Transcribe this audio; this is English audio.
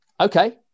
Okay